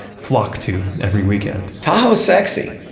flock to every weekend tahoe's sexy,